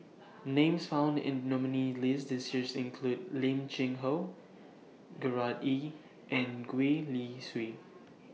Names found in The nominees' list This Year include Lim Cheng Hoe Gerard Ee and Gwee Li Sui